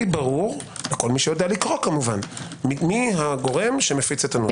ברור לכל מי שיודע לקרוא כמובן מי הגורם שמפיץ את הנוסח.